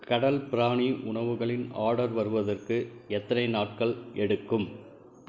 கடல் பிராணி உணவுகளின் ஆர்டர் வருவதற்கு எத்தனை நாட்கள் எடுக்கும்